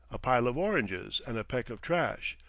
a pile of oranges and a peck of trash!